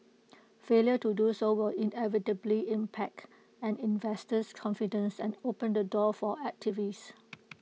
failure to do so will inevitably impact and investor's confidence and open the door for activists